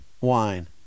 wine